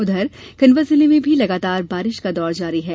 उधर खंडवा जिले में भी लगातार बारिश का दौर जारी है